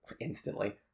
instantly